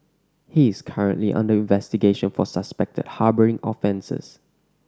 he is currently under investigation for suspected harbouring offences